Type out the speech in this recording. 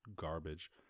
garbage